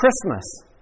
Christmas